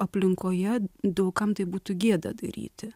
aplinkoje daug kam tai būtų gėda daryti